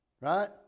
right